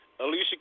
Alicia